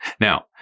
Now